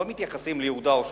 לא מתייחסים ליהודה ושומרון,